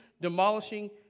demolishing